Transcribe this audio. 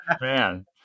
Man